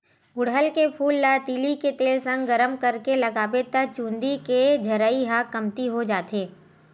गुड़हल के फूल ल तिली के तेल संग गरम करके लगाबे त चूंदी के झरई ह कमती हो जाथे